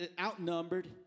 outnumbered